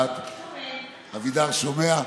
אחת, אבידר, שומע?